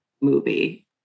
movie